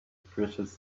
precious